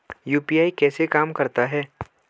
UPI कैसे काम करता है?